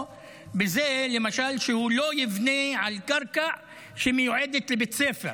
בזה למשל שהוא לא יבנה על קרקע שמיועדת לבית ספר